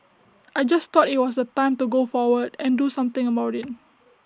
I just thought IT was the time to go forward and do something about IT